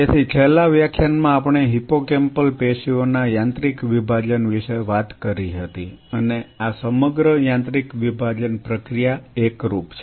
તેથી છેલ્લા વ્યાખ્યાનમાં આપણે હિપ્પોકેમ્પલ પેશીઓના યાંત્રિક વિભાજન વિશે વાત કરી હતી અને આ સમગ્ર યાંત્રિક વિભાજન પ્રક્રિયા એકરૂપ છે